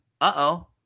uh-oh